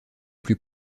plus